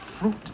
fruit